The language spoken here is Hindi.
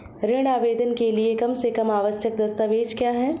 ऋण आवेदन के लिए कम से कम आवश्यक दस्तावेज़ क्या हैं?